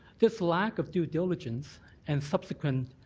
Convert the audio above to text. this lack of due diligence and subsequent